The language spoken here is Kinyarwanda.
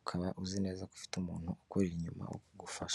,ukaba uzi neza ko ufite umuntu ukuri inyuma ugufasha.